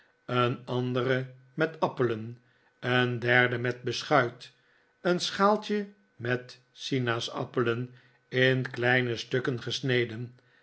een andere met appelen een derde met beschuit een schaaltje met sinaasappelen in kleine stukken gesneden